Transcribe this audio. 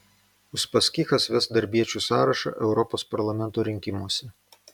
uspaskichas ves darbiečių sąrašą europos parlamento rinkimuose